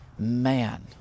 Man